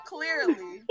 Clearly